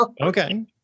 Okay